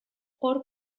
hor